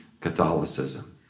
Catholicism